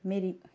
मेरी